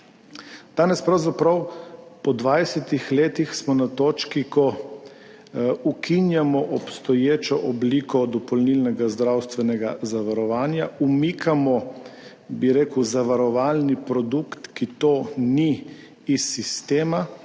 Danes, pravzaprav po dvajsetih letih smo na točki, ko ukinjamo obstoječo obliko dopolnilnega zdravstvenega zavarovanja, umikamo, bi rekel, zavarovalni produkt, ki to ni, iz sistema.